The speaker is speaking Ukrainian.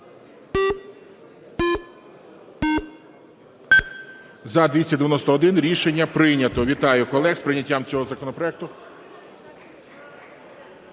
За-291 Рішення прийнято. Вітаю колег з прийняттям цього законопроекту.